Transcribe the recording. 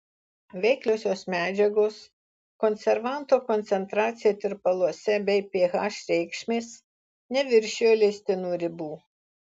veikliosios medžiagos konservanto koncentracija tirpaluose bei ph reikšmės neviršijo leistinų ribų